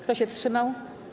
Kto się wstrzymał?